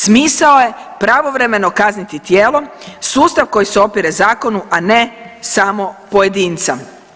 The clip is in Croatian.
Smisao je pravovremeno kazniti tijelo, sustav koji se opire zakonu, a ne samo pojedinca.